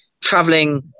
traveling